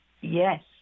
Yes